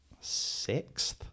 sixth